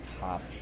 top